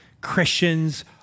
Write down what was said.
Christians